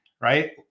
right